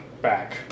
back